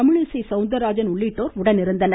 தமிழிசை சௌந்தராஜன் உள்ளிட்டோர் உடனிருந்தனர்